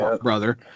brother